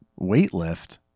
weightlift